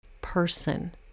person